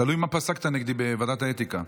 תלוי מה פסקת נגדי בוועדת האתיקה,